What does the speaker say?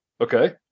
Okay